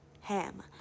ham